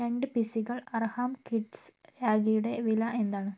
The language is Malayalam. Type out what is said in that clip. രണ്ട് പിസ്സികൾ അർഹാം കിഡ്സ് രാഖിയുടെ വില എന്താണ്